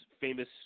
famous